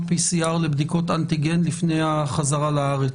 PCR לבדיקות אנטיגן לפני החזרה לארץ.